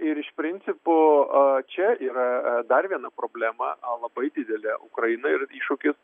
ir iš principo a čia yra dar viena problema labai didelė ukrainai ir iššūkis